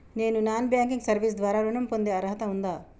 నేను non banking service ద్వారా ఋణం పొందే అర్హత ఉందా?